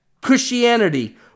Christianity